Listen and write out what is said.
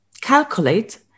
calculate